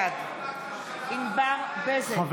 בעד ענבר בזק,